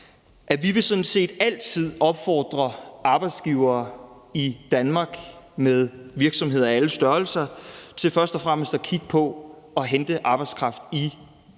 at vi sådan set altid vil opfordre arbejdsgivere i Danmark med virksomheder af alle størrelser til først og fremmest at kigge på at hente arbejdskraft i Den